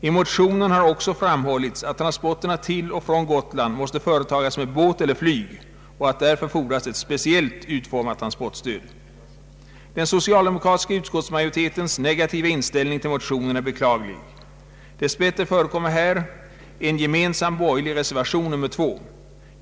I motionen har också framhållits att transporterna till och från Gotland måste företas med båt eller flyg och att därför fordras ett speciellt utformat transportstöd. Den socialdemokratiska utskottsmajoritetens negativa inställning till motionen är beklaglig. Dess bättre förekommer här en gemensam borgerlig reservation, nr 2.